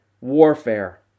warfare